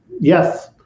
Yes